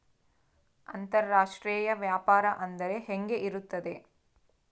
ಅಂತರಾಷ್ಟ್ರೇಯ ವ್ಯಾಪಾರ ಅಂದರೆ ಹೆಂಗೆ ಇರುತ್ತದೆ?